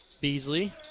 Beasley